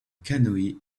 canoe